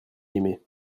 aimé